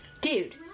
Dude